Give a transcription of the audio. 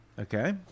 Okay